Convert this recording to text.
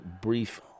brief